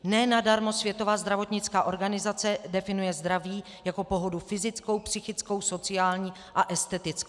Ne nadarmo Světová zdravotnická organizace definuje zdraví jako pohodu fyzickou, psychickou, sociální a estetickou.